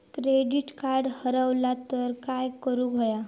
Credit card हरवला तर काय करुक होया?